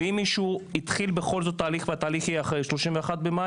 ואם מישהו התחיל תהליך והוא יהיה אחרי 31.5,